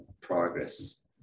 progress